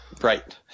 right